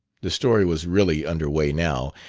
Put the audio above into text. the story was really under way now,